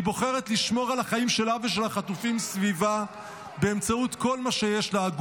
היא בוחרת לשמור על החיים שלה ושל החטופים סביבה באמצעות כל מה שיש לה,